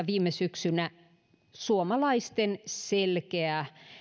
viime syksynä väestöliiton perhebarometrissä suomalaisten selkeä